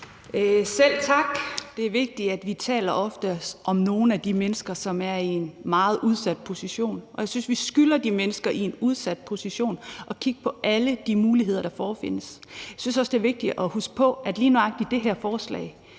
Selv tak. Det er vigtigt, at vi taler ofte om nogle af de mennesker, som er i en meget udsat position, og jeg synes, at vi skylder de mennesker i en udsat position at kigge på alle de muligheder, der forefindes. Jeg synes også, det er vigtigt at huske på, at lige nøjagtig det her er,